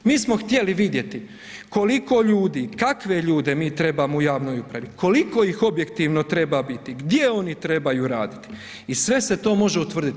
Mi smo htjeli vidjeti koliko ljudi, kakve ljude mi trebamo u javnoj upravi, koliko ih objektivno treba biti, gdje oni trebaju raditi i sve se to može utvrditi.